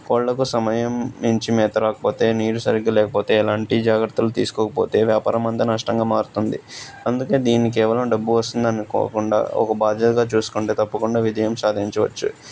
కోళ్ళకు సమయానికి మంచి మేత రాకపోతే నీరు సరిగ్గా లేకపోతే ఎలాంటి జాగ్రత్తలు తీసుకోకపోతే వ్యాపారం అంతా నష్టంగా మారుతుంది అందుకే దీనికి కేవలం డబ్బు వస్తుంది అనుకోకుండా ఒక బాధ్యతగా చూసుకుంటే తప్పకుండా విజయం సాధించవచ్చు